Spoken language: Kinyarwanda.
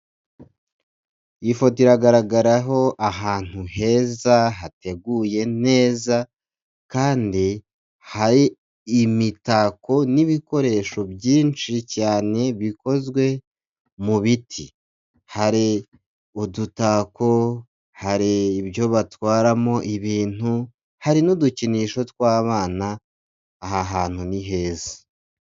Iyi foto iragaragaraho ahantu heza, hateguye neza kandi hari imitako n'ibikoresho byinshi cyane bikozwe mu biti, hari udutako, hari ibyo batwaramo ibintu, hari n'udukinisho tw'abana, aha hantu ni heza.